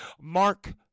Mark